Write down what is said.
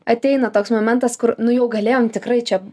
ateina toks momentas kur nu jau galėjom tikrai čia